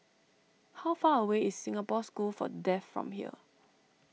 how far away is Singapore School for Deaf from here